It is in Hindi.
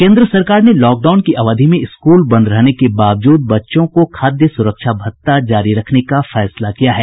केन्द्र सरकार ने लॉकडाउन की अवधि में स्कूल बंद रहने के बावजूद बच्चों को खाद्य सुरक्षा भत्ता जारी रखने का फैसला किया है